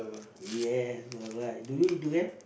ya alright do you eat durian